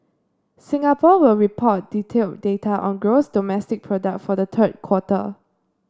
Singapore will report detailed data on gross domestic product for the third quarter